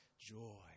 joy